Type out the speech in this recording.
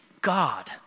God